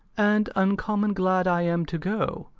and uncommon glad i am to go.